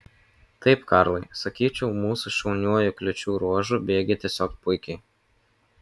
taip karlai sakyčiau mūsų šauniuoju kliūčių ruožu bėgi tiesiog puikiai